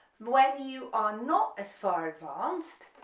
when you are not as far advanced,